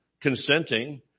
consenting